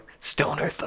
stoner